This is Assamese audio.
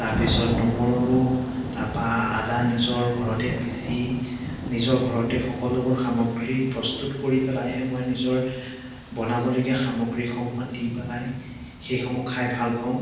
তাৰপিছত নহৰু তাপা আদা নিজৰ ঘৰতে পিচি নিজৰ ঘৰতে সকলোবোৰ সামগ্ৰী প্ৰস্তুত কৰি পেলাইহে মই নিজৰ বনাবলগীয়া সামগ্ৰীসমূহত দি পেলাই সেইসমূহ খাই ভাল পাওঁ